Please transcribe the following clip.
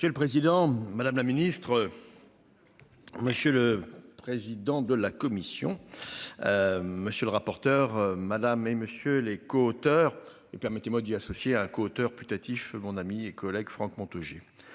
C'est le président, madame la Ministre. Monsieur le président de la commission. Monsieur le rapporteur, madame et monsieur les coauteurs et permettez-moi d'y associer un coauteur putatif mon ami et collègue Franck Montaugé